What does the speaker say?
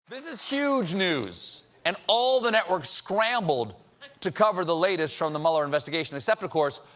this is huge news, and all the networks scramled to cover the latest from the mueller investigation except, of course,